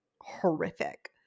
horrific